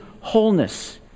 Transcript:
wholeness